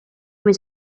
was